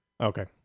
Okay